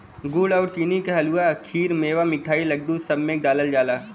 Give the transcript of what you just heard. गुड़ आउर चीनी के हलुआ, खीर, मेवा, मिठाई, लड्डू, सब में डालल जाला